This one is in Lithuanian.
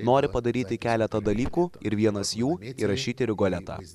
nori padaryti keletą dalykų ir vienas jų įrašyti rigoletą